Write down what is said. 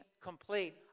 complete